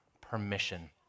permission